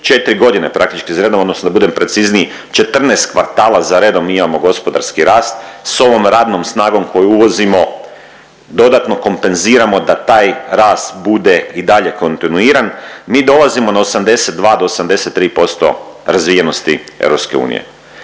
već 4 godine praktički za redom odnosno da budem precizniji 14 kvartala za redom mi imamo gospodarski rast s ovom radnom snagom koju uvozimo dodatno kompenziramo da taj rast bude i dalje kontinuiran, mi dolazimo na 82 do 83% razvijenosti EU.